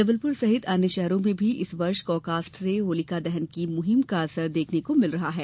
जबलपुर सहित अन्य शहरों में भी इस वर्ष गौ काष्ठ से होलिका दहन की मुहिम का असर देखने को मिल रहा है